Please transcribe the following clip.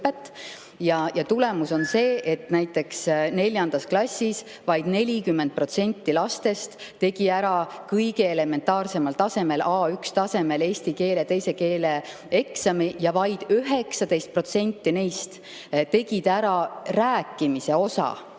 [Tagajärg] on see, et näiteks neljandas klassis vaid 40% lastest tegi ära kõige elementaarsemal tasemel, A1-tasemel eesti keele kui teise keele eksami ja vaid 19% neist tegi ära rääkimise osa,